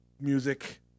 music